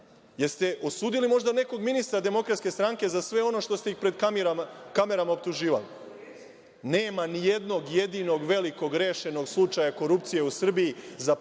ste osudili možda nekog ministra DS za sve ono što ste ih pred kamerama optuživali? Nema ni jednog jedinog velikog rešenog slučaja korupcije u Srbiji za pet